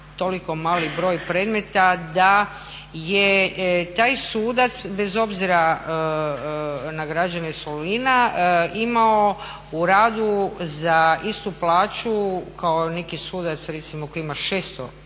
toliko mali broj predmeta da je taj sudac bez obzira na građane Solina imao u radu za istu plaću kao neki sudac koji ima